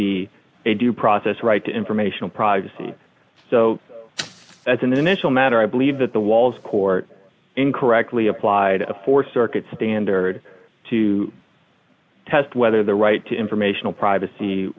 due process right to informational privacy so as an initial matter i believe that the walls court incorrectly applied for circuit standard to test whether the right to informational priva